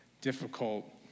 difficult